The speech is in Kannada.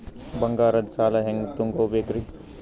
ಬಂಗಾರದ್ ಸಾಲ ಹೆಂಗ್ ತಗೊಬೇಕ್ರಿ?